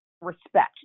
respect